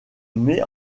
met